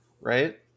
right